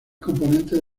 componentes